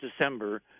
December